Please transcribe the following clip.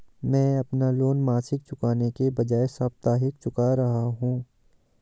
मैं अपना लोन मासिक चुकाने के बजाए साप्ताहिक चुका रहा हूँ